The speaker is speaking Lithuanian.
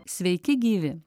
sveiki gyvi